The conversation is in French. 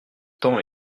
temps